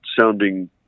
sounding